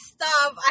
Stop